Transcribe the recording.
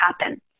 happen